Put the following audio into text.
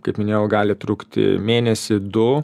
kaip minėjau gali trukti mėnesį du